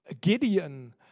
Gideon